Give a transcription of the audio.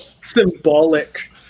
symbolic